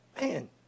Man